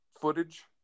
footage